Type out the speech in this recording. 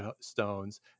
stones